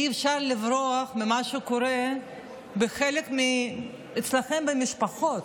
אי-אפשר לברוח ממה שקורה אצלכם בחלק מהמשפחות,